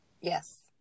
Yes